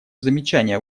замечания